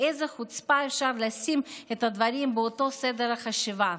באיזו חוצפה אפשר לשים את הדברים באותו סדר חשיבות?